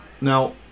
Now